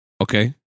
Okay